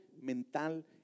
mental